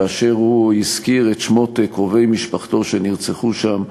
כאשר הוא הזכיר את שמות קרובי משפחתו שנרצחו שם,